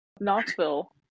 Knoxville